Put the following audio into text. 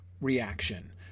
reaction